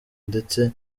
ndetse